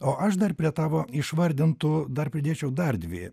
o aš dar prie tavo išvardintų dar pridėčiau dar dvi